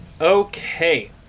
okay